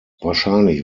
wahrscheinlich